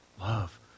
Love